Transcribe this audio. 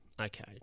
okay